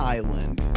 Island